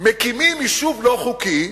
מקימים יישוב לא חוקי,